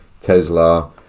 Tesla